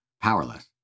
powerless